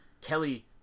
Kelly